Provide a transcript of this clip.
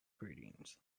greetings